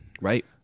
Right